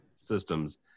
systems